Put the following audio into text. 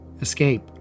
escape